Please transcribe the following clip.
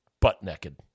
butt-naked